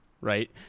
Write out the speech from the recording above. right